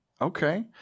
okay